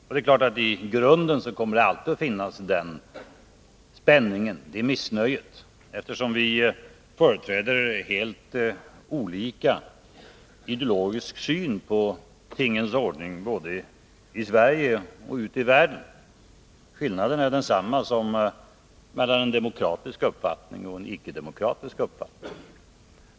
Och i grunden kommer det naturligtvis alltid att finnas den spänningen, eftersom vi företräder helt olika ideologisk syn på tingens ordning både i Sverige och ute i världen. Skillnaden är densamma som mellan en demokratisk uppfattning och en icke-demokratisk uppfattning.